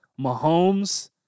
Mahomes